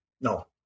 No